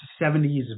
70s